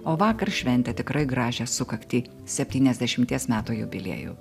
o vakar šventė tikrai gražią sukaktį septyniasdešimties metų jubiliejų